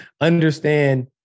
Understand